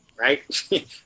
right